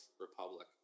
Republic